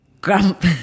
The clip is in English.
grump